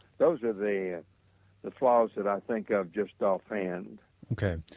those are the the flaws that i think of just off hand okay.